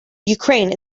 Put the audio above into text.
ukraine